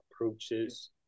approaches